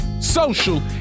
social